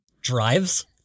Drives